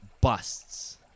busts